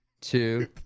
two